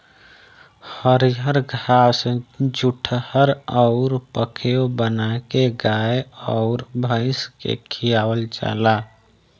हरिअर घास जुठहर अउर पखेव बाना के गाय अउर भइस के खियावल जाला